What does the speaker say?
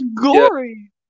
gory